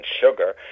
sugar